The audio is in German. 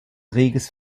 reges